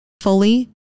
fully